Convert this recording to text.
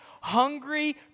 hungry